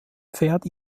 pferd